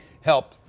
help